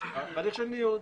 בהליך של ניוד.